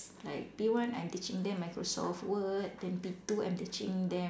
like P one I'm teaching them Microsoft word then P two I'm teaching them